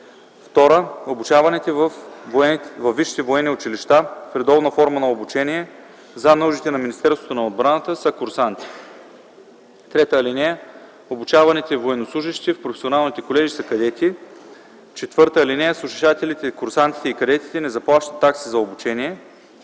(2) Обучаваните във висшите военни училища в редовна форма на обучение за нуждите на Министерството на отбраната са курсанти. (3) Обучаваните военнослужещи в професионалните колежи са кадети. (4) Слушателите, курсантите и кадетите не заплащат такси за обучение.